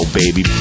baby